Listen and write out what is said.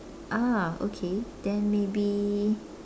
ah okay then maybe